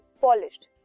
polished